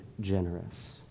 generous